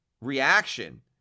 reaction